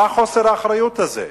מה חוסר האחריות הזה?